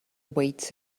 awaits